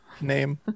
Name